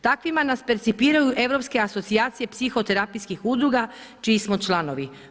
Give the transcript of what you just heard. Takvima nas percipiraju europske asocijacije psihoterapijskih udruga čiji smo članovi.